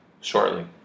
shortly